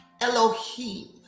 Elohim